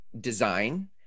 design